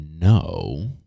No